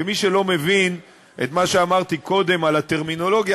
ומי שלא מבין את מה שאמרתי קודם על הטרמינולוגיה,